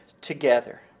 together